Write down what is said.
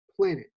planet